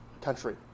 country